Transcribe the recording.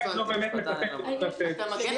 הוא צודק,